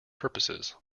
purposes